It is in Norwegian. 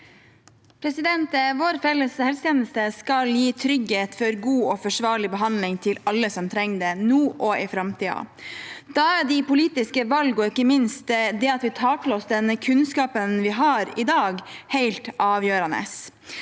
Vår felles helsetjeneste skal gi trygghet for god og forsvarlig behandling til alle som trenger det, nå og i framtiden. Da er de politiske valgene og ikke minst det at vi tar til oss den kunnskapen vi har i dag, helt avgjørende.